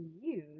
use